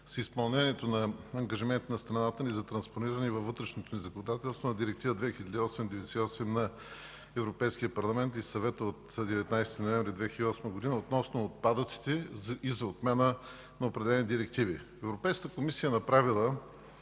с изпълнението на ангажиментите на страната ни за транспониране във вътрешното ни законодателство на Директива 2008/98/ЕО на Европейския парламент и Съвета от 19 ноември 2008 г. относно отпадъците и за отмяна на определени директиви. Европейската комисия е направила